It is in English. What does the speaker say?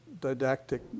didactic